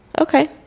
Okay